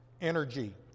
energy